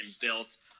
built